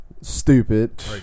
Stupid